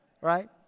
Right